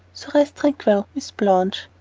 so rest tranquil, miss blanche.